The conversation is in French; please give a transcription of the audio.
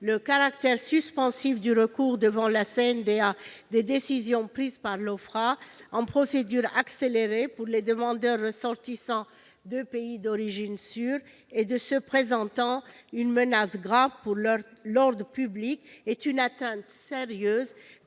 le caractère suspensif du recours devant la CNDA des décisions prises par l'OFPRA en procédure accélérée pour les demandes de ressortissants de pays d'origine sûrs et de ceux présentant une menace grave pour l'ordre public, est une atteinte sérieuse